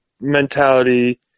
mentality